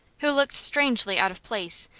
who looked strangely out of place,